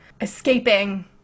escaping